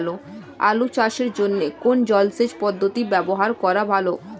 আলু চাষের জন্য কোন জলসেচ পদ্ধতি ব্যবহার করা ভালো?